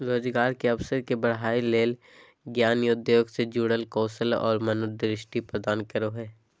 रोजगार के अवसर के बढ़ावय ले ज्ञान उद्योग से जुड़ल कौशल और मनोदृष्टि प्रदान करो हइ